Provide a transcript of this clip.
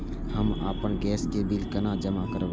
हम आपन गैस के बिल केना जमा करबे?